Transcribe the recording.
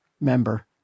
member